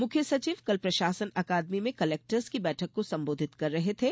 मुख्य सचिव कल प्रशासन अकादमी में कलेक्टर्स की बैठक को संबोधित कर रहे थे